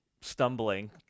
stumbling